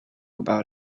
about